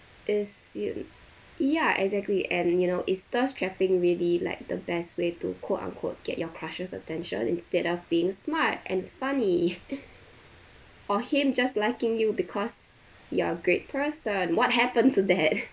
it's you ya exactly and you know is thirst trapping really like the best way to quote unquote get your crushes attention instead of being smart and funny or him just liking you because you're a great person what happened to that